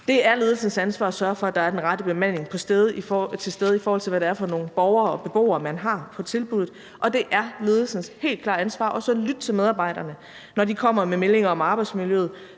Det er ledelsens ansvar at sørge for, at der er den rette bemanding til stede, set i forhold til hvad det er for nogle borgere og beboere, man har på tilbuddet, og det er ledelsens helt klare ansvar også at lytte til medarbejderne, når de kommer med meldinger om arbejdsmiljøet